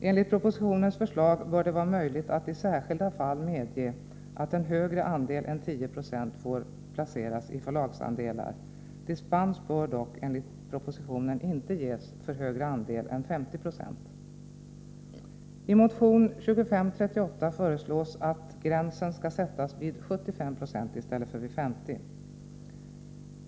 Enligt regeringens förslag bör det vara möjligt att i särskilda fall medge att en högre andel än 10 96 får placeras i förlagsandelar. Dispens bör dock, enligt propositionen, inte ges för högre andel än 50 96. I motion 2538 föreslås att gränsen skall sättas vid 75 96 i stället för vid 50.